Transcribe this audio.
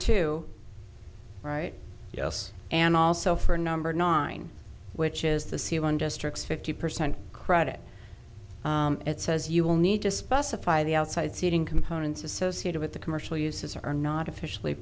two right yes and also for number nine which is the c one district's fifty percent credit it says you will need to specify the outside seating components associated with the commercial uses or not officially